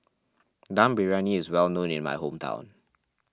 Dum Briyani is well known in my hometown